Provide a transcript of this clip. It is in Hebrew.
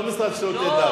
לא במשרד לשירותי דת.